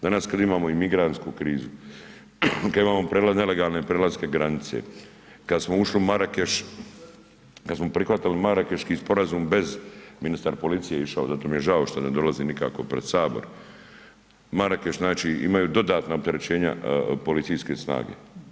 Danas kada imamo imigrantsku krizu, kad imamo nelegalne prelaske granice, kad smo ušli u Marrakech, kad smo prihvatili Marakeški sporazum bez, ministar policije je išao, zato mi je žao što ne dolazi nikako pred Sabor, Marrakech, znači imaju dodatna opterećenja policijske snage.